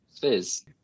fizz